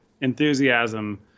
enthusiasm